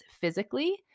physically